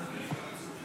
נתקבל.